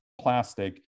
plastic